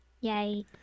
yay